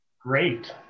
Great